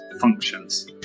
functions